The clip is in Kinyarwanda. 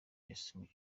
umukinnyi